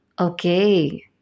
Okay